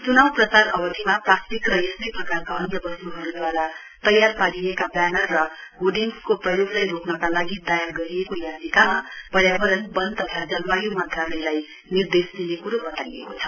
च्नाउ प्रचार अवधिमा प्लास्टिक र यस्तै प्रकारका अन्य वस्तुहरूद्वारा तयार पारिएका ब्यानर र होर्डिङको प्रयोगका रोक्नका लागि दायर गरिएको याचिकामा पर्यावरण वन तथा जलवाय् मन्त्रालयलाई निर्देश दिने कुरो बताइएको छ